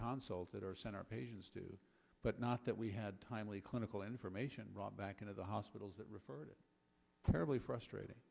counseled that are sent our patients to but not that we had timely clinical information brought back into the hospitals that referred it terribly frustrating